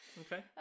okay